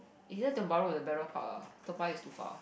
either Tiong Bahru or Farrer Park ah Toa-Payoh is too far